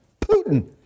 Putin